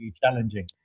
challenging